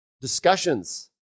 discussions